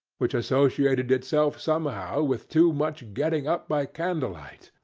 which associated itself somehow with too much getting up by candle-light,